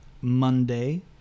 Monday